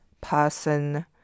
person